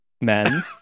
men